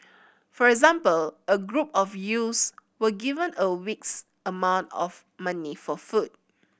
for example a group of youths were given a week's amount of money for food